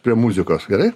prie muzikos gerai